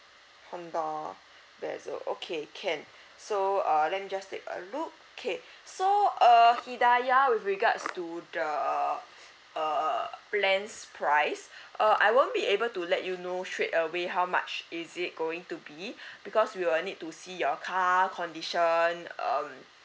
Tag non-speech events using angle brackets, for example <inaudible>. Honda Vezel okay can so uh let me just take a look okay so uh hidayah with regards to the uh plans price uh I won't be able to let you know straight away how much is it going to be <breath> because we will need to see your car condition um